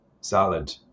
salad